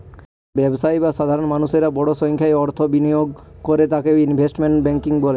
ব্যবসায়ী বা সাধারণ মানুষেরা বড় সংখ্যায় অর্থ বিনিয়োগ করে তাকে ইনভেস্টমেন্ট ব্যাঙ্কিং বলে